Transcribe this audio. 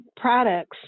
products